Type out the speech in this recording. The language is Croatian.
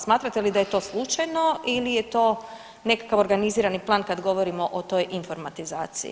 Smatrate li da je to slučajno ili je to nekakav organizirani plan kad govorimo o toj informatizaciji?